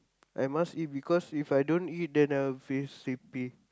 I must eat because if I don't eat then I'll feel sleepy